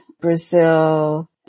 Brazil